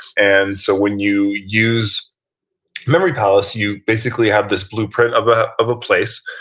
and so when you use memory palace, you basically have this blueprint of ah of a place,